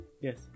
Yes